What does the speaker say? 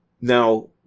Now